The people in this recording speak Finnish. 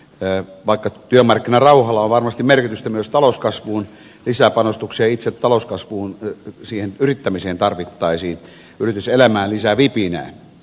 we wake työmarkkinarauhalla varmasti merkitystä myös talouskasvuun lisäpanostuksen itse talouskasvuun kypsiä yrittämiseen tarvittaisiin yrityselämään lisää vipinä j